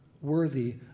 worthy